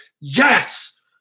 yes